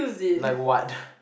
like what